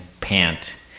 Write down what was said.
pant